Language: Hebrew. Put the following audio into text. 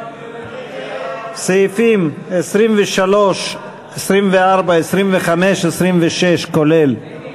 סעיפים 23, 24, 25, 26, כולל.